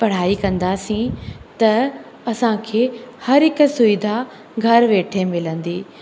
पढ़ाई कंदासीं त असांखे हर हिकु सुविधा घर वेठे मिलंदी